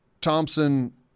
Thompson